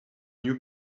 new